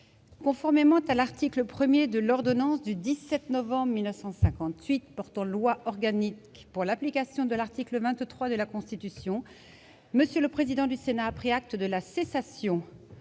Conformément à l'article 1 de l'ordonnance n° 58-1099 du 17 novembre 1958 portant loi organique pour l'application de l'article 23 de la Constitution, M. le président du Sénat a pris acte de la cessation,